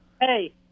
Hey